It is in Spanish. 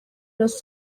los